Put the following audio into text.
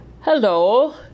Hello